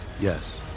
Yes